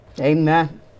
Amen